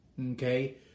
Okay